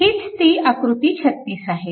हीच ती आकृती 36 आहे